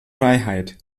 freiheit